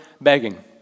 begging